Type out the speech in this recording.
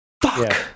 Fuck